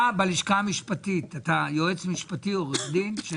אתה בלשכה המשפטית, אתה יועץ משפטי, עורך דין?